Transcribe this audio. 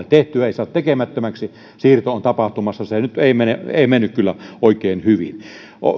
tehtyä ei saa tekemättömäksi siirto on tapahtumassa se nyt ei mennyt kyllä oikein hyvin